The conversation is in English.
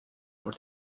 for